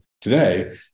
today